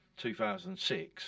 2006